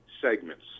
segments